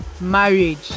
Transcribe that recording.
marriage